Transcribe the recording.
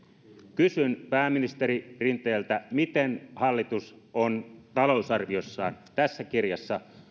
kysyn pääministeri rinteeltä miten hallitus on talousarviossaan tässä kirjassa